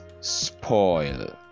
spoil